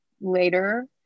later